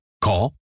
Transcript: Call